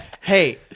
Hey